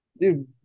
Dude